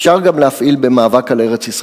אפשר גם להפעיל אותו במאבק על ארץ-ישראל.